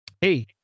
Hey